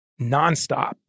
nonstop